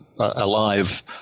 alive